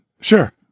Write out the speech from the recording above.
Sure